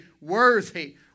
worthy